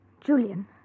Julian